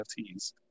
NFTs